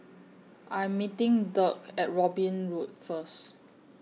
I'm meeting Dirk At Robin Road First